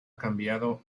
cambiado